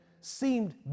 seemed